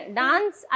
dance